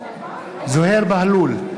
זוהיר בהלול,